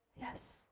Yes